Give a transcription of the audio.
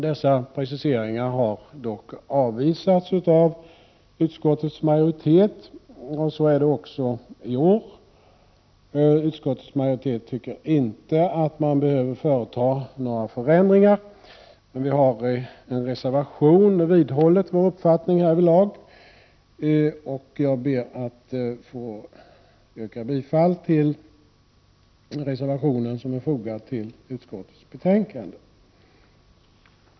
Dessa preciseringar har dock avvisats av utskottsmajoriteten. Så har även skett i år. Utskottets majoritet tycker inte att man behöver företa några ändringar. I en reservation har vi dock vidhållit vår uppfattning härvidlag. Jag ber att få yrka bifall till den reservation som är fogad till utskottets betänkande.